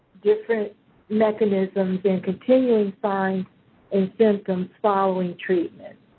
different mechanisms and continual signs and symptoms following treatment.